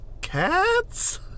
cats